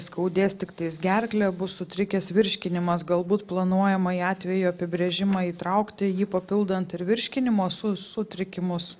skaudės tiktais gerklę bus sutrikęs virškinimas galbūt planuojama į atvejo apibrėžimą įtraukti jį papildant ir virškinimo su sutrikimus